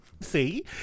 See